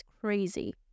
crazy